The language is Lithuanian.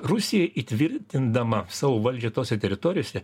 rusija įtvirtindama savo valdžią tose teritorijose